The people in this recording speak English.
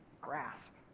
grasp